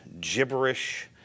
gibberish